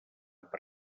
per